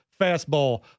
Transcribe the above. fastball